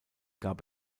gab